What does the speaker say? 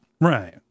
right